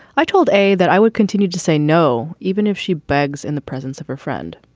i told a that i would continue to say no, even if she begs in the presence of her friend.